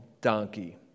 donkey